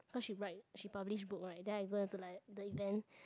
cause she write she publish book right then I go into like the event